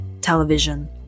television